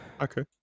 Okay